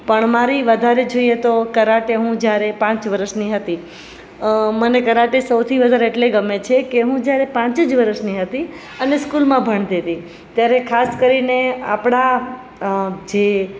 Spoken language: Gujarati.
પણ મારી વધારે જોઈએ તો કરાટે હું જ્યારે પાંચ વર્ષની હતી મને કરાટે સૌથી વધારે એટલે ગમે છે કે હું જ્યારે પાંચ જ વર્ષ ની હતી અને સ્કૂલમાં ભણતી હતી ત્યારે ખાસ કરીને આપણા જે